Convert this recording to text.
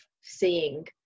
seeing